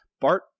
bart